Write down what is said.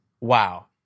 wow